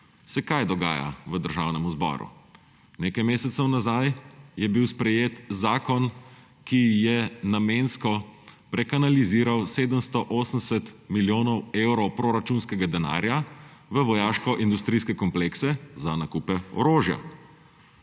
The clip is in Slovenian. – kaj dogaja v Državnem zboru? Nekaj mesecev nazaj je bil sprejet zakon, ki je namensko prekanaliziral 780 milijonov evrov proračunskega denarja v vojaškoindustrijske komplekse za nakupe orožja.